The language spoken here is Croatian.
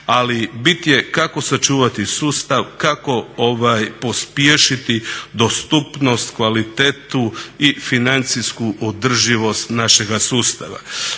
ali bit je kako sačuvati sustav, kako pospješiti dostupnost, kvalitetu i financijsku održivost našega sustava.